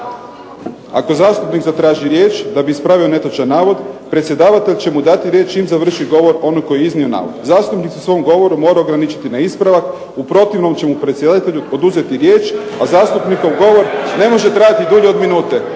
Ako zastupnik zatraži riječ da bi ispravio netočan navod, predsjedavatelj će mu dati riječ čim završi govor onaj koji je iznio navod. Zastupnik se u svom govoru mora ograničiti na ispravak. U protivnom će mu predsjedatelj oduzeti riječ, a zastupnikov govor ne može trajati dulje od minute.